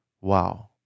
Wow